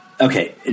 okay